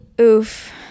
Oof